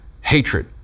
hatred